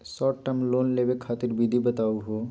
Short term loan लेवे खातीर विधि बताहु हो?